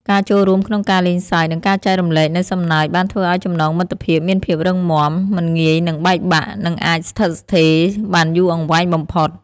ការចូលរួមក្នុងការលេងសើចនិងការចែករំលែកនូវសំណើចបានធ្វើឱ្យចំណងមិត្តភាពមានភាពរឹងមាំ មិនងាយនឹងបែកបាក់ និងអាចស្ថិតស្ថេរបានយូរអង្វែងបំផុត។